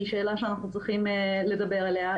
היא שאלה שאנחנו צריכים לדבר עליה,